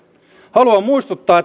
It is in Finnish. haluan muistuttaa